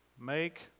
Make